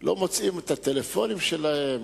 שאלה נוספת, חבר הכנסת אזולאי?